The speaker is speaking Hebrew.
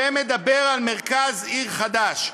שמדבר על מרכז עיר חדש.